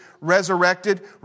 resurrected